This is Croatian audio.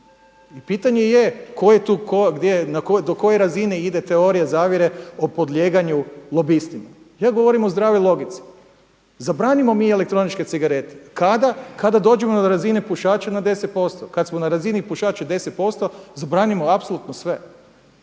tko, gdje, do koje razine ide teorija zavjere o podlijeganju lobistima. Ja govorim o zdravoj logici. Zabranimo mi elektroničke cigarete. Kada? Kada dođemo do razine pušača na 10%. Kad smo na razini pušača od 10% zabranimo apsolutno sve.